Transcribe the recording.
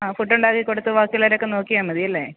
ആ ഫുഡ് ഉണ്ടാക്കി കൊടുത്ത് ബാക്കിയുള്ളവരെയൊക്കെ നോക്കിയാൽ മതി അല്ലേ